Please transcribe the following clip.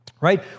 right